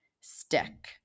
stick